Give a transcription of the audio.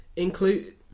Include